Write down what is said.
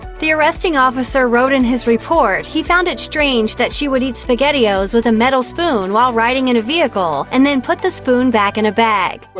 the arresting officer wrote in his report he. found it strange that she would eat spaghettios with a metal spoon while riding in a vehicle, and then put the spoon back in a bag.